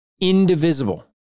indivisible